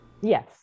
yes